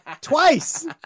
Twice